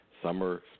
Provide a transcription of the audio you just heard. summer